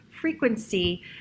frequency